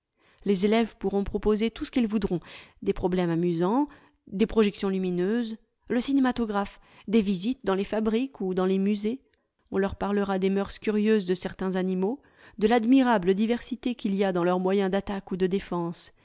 les élèves pourront proposer tout ce qu'ils voudront des problèmes amusants des projections lumineuses le cinématographe des visites dans les fabriques ou dans les musées on leur parlera des mœurs curieuses de certains animaux de l'admirable diversité qu'il y a dans leurs moyens d'attaque ou de défense